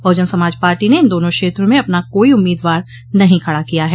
बहुजन Samaj party ने इन दोनों क्षेत्रों में अपना कोइ उम्मीदवार नहीं खड़ा किया है